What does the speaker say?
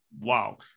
wow